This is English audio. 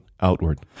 outward